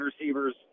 receivers